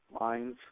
lines